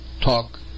talk